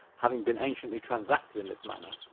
having been anciently transacted in this manner,